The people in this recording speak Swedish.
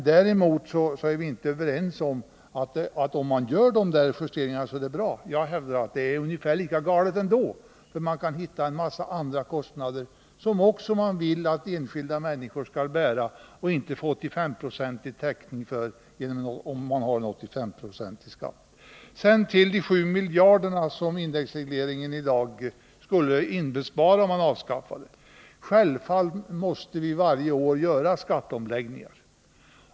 Däremot är vi inte överens om att allt är bra sedan dessa justeringar gjorts. Jag hävdar att det är ungefär lika galet ändå. Det går att hitta en massa andra kostnader, som regeringssidan också vill att enskilda människor skall bära och inte få 85-procentig täckning för, om man har en 85-procentig skatt. Sedan vill jag övergå till de 7 miljarder kronor som ett avskaffande av indexregleringen skulle spara. Självfallet måste vi varje år göra skatteomläggningar.